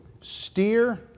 steer